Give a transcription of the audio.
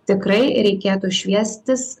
tikrai reikėtų šviestis